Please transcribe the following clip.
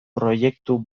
proiektu